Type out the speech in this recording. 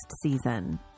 season